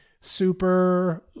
super